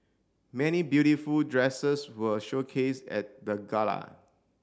many beautiful dresses were showcased at the gala